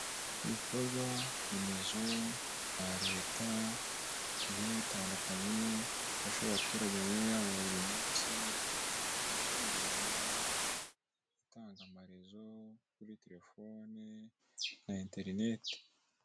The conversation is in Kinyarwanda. Ibikorwaremezo bya leta bigiye bitandukanye bifasha abaturage mu mibereho yabo ya buri munsi ahashinga iminara itanga amarezo kuri telefone na interineti.